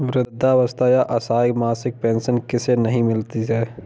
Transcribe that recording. वृद्धावस्था या असहाय मासिक पेंशन किसे नहीं मिलती है?